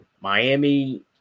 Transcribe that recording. Miami